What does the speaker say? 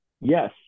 yes